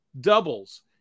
doubles